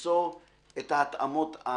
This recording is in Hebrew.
לקחת את הרצונות שלנו, ולמצוא את ההתאמות הנכונות.